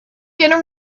gonna